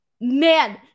man